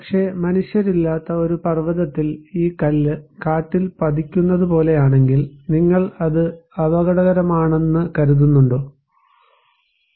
പക്ഷേ മനുഷ്യരില്ലാത്ത ഒരു പർവതത്തിൽ ഈ കല്ല് കാട്ടിൽ പതിക്കുന്നതുപോലെയാണെങ്കിൽ നിങ്ങൾ അത് അപകടകരമാണെന്ന് കരുതുന്നുണ്ടോ ഒരു ദുരന്തം